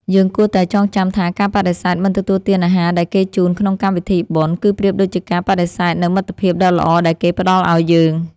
យើងគួរតែចងចាំថាការបដិសេធមិនទទួលទានអាហារដែលគេជូនក្នុងកម្មវិធីបុណ្យ គឺប្រៀបដូចជាការបដិសេធនូវមិត្តភាពដ៏ល្អដែលគេផ្តល់ឱ្យយើង។